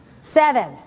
seven